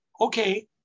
okay